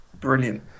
brilliant